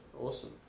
awesome